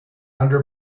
under